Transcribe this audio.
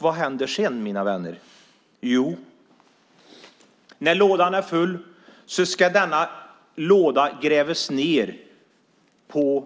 Vad händer sedan, mina vänner? Jo, när lådan är full ska den grävas ned i